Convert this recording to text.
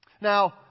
Now